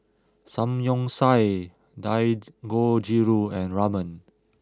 Samgyeopsal Dangojiru and Ramen